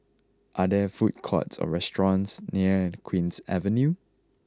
are there food courts or restaurants near Queen's Avenue